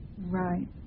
Right